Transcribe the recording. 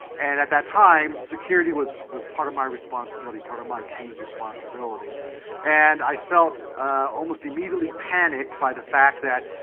and at that time, security was was part of my responsibility part of my team's responsibility and i felt almost immediately panicked by the fact that,